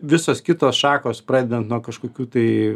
visos kitos šakos pradedant nuo kažkokių tai